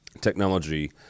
Technology